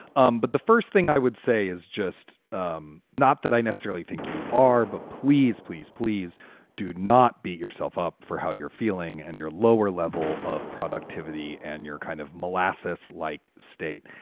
um but the first thing i would say is just um not that i necessarily think you are, but please, please, please do not beat yourself up for how you're feeling and your lower level of productivity and your kind of molasses like state.